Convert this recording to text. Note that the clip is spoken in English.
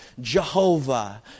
Jehovah